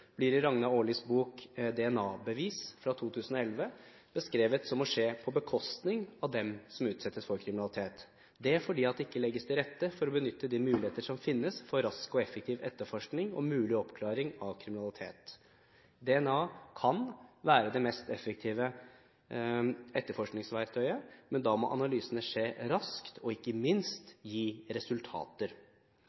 blir i Ragna Aarlis bok «DNA-bevis» fra 2011 beskrevet som å skje på bekostning av dem som utsettes for kriminalitet. Det er fordi det ikke legges til rette for å benytte de muligheter som finnes for rask og effektiv etterforskning og mulig oppklaring av kriminalitet. DNA kan være det mest effektive etterforskningsverktøyet, men da må analysene skje raskt og – ikke minst